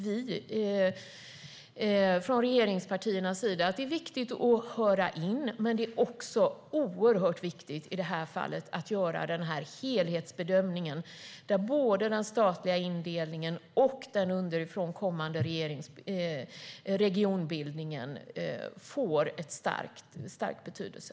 Vi regeringspartier menar att det viktigt att lyssna in, men det är också oerhört viktigt att göra en helhetsbedömning där både den statliga indelningen och den underifrån kommande regionbildningen får stor betydelse.